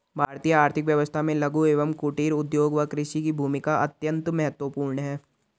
भारतीय आर्थिक व्यवस्था में लघु एवं कुटीर उद्योग व कृषि की भूमिका अत्यंत महत्वपूर्ण है